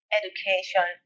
education